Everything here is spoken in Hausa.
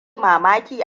mamaki